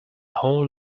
whole